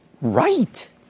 right